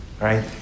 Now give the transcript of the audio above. right